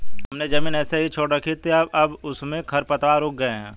हमने ज़मीन ऐसे ही छोड़ रखी थी, अब उसमें खरपतवार उग गए हैं